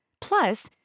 Plus